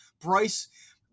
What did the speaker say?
Bryce